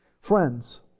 Friends